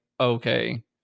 okay